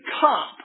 cup